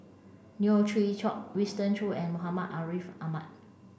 Neo Chwee Kok Winston Choos and Muhammad Ariff Ahmad